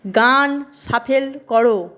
গান শাফেল করো